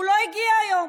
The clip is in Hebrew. הוא לא הגיע היום.